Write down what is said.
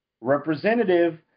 representative